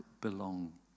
belong